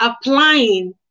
applying